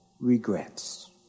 regrets